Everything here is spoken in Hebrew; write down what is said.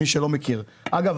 אגב,